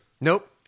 Nope